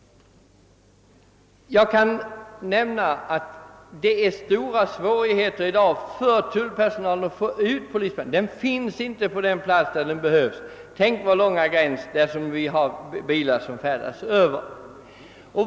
Tullpersonalen har i dag stora svårigheter att få ut polisen till tullstationen. Polismännen finns inte på den plats där de bäst behövs. Tänk bara på vår långa gräns och på alla de bilar som kör över den!